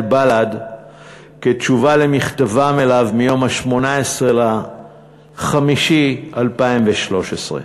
בל"ד בתשובה למכתבם אליו מיום 18 במאי 2013: